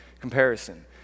comparison